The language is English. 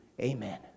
Amen